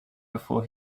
before